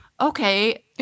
okay